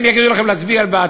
הם יגידו לכם להצביע בעד,